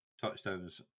touchdowns